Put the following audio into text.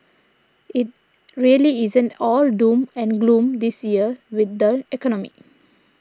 it really isn't all doom and gloom this year with the economy